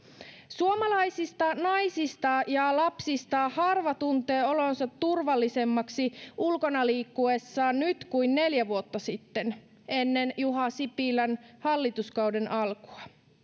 suomalaisista naisista ja lapsista harva tuntee olonsa turvallisemmaksi ulkona liikkuessaan nyt kuin neljä vuotta sitten ennen juha sipilän hallituskauden alkua